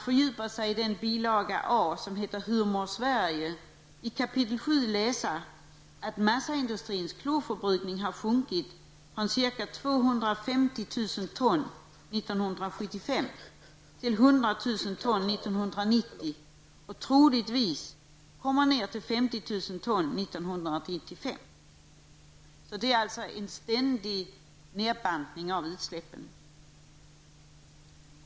I kap. 7 i bilaga A -- ''Hur mår Sverige'' -- kan man läsa att massaindustrins klorförbrukning har sjunkit från ca 250 000 ton 1975 till 100 000 ton 1990 och troligtvis minskar till 50 000 ton år 1995. Det pågår alltså en ständig minskning av utsläppen.